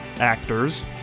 actors